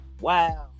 wow